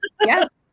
Yes